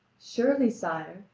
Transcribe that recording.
surely, sire,